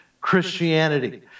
Christianity